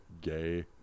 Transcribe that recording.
gay